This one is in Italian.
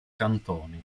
cantoni